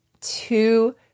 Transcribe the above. two